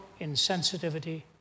insensitivity